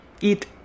eat